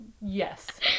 Yes